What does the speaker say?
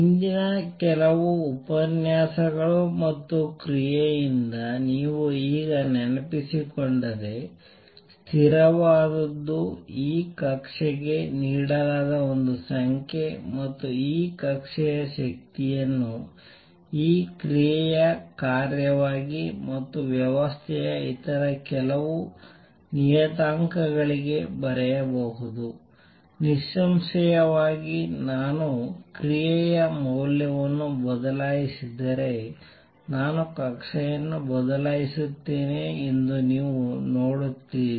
ಹಿಂದಿನ ಕೆಲವು ಉಪನ್ಯಾಸಗಳು ಮತ್ತು ಕ್ರಿಯೆಯಿಂದ ನೀವು ಈಗ ನೆನಪಿಸಿಕೊಂಡರೆ ಸ್ಥಿರವಾದದ್ದು ಈ ಕಕ್ಷೆಗೆ ನೀಡಲಾದ ಒಂದು ಸಂಖ್ಯೆ ಮತ್ತು E ಕಕ್ಷೆಯ ಶಕ್ತಿಯನ್ನು ಈ ಕ್ರಿಯೆಯ ಕಾರ್ಯವಾಗಿ ಮತ್ತು ವ್ಯವಸ್ಥೆಯ ಇತರ ಕೆಲವು ನಿಯತಾಂಕಗಳಾಗಿ ಬರೆಯಬಹುದು ನಿಸ್ಸಂಶಯವಾಗಿ ನಾನು ಕ್ರಿಯೆಯ ಮೌಲ್ಯವನ್ನು ಬದಲಾಯಿಸಿದರೆ ನಾನು ಕಕ್ಷೆಯನ್ನು ಬದಲಾಯಿಸುತ್ತೇನೆ ಎಂದು ನೀವು ನೋಡುತ್ತೀರಿ